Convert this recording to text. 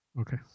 Okay